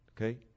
Okay